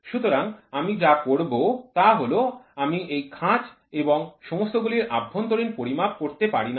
সুতরাং আমি যা করব তা হল আমি এই খাঁজ এবং সমস্তগুলির অভ্যন্তরীণ পরিমাপ করতে পারি না